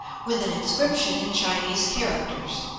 with an inscription in chinese characters.